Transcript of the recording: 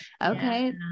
Okay